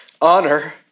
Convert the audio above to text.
honor